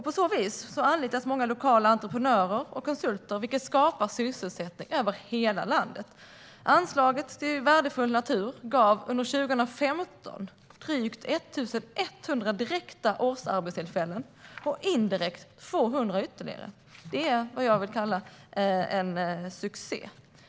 På så vis anlitas många lokala entreprenörer och konsulter, vilket skapar sysselsättning över hela landet. Anslaget till värdefull natur gav under 2015 drygt 1 100 direkta årsarbetstillfällen och indirekt ytterligare 200. Det kallar jag en succé.